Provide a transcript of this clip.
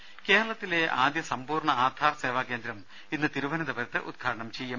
ദദദ കേരളത്തിലെ ആദ്യ സമ്പൂർണ്ണ ആധാർ സേവാകേന്ദ്രം ഇന്ന് തിരുവനന്തപുരത്ത് ഉദ്ഘാടനം ചെയ്യും